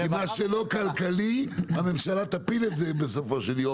מה שלא כלכלי, הממשלה תפיל בסופו של יום.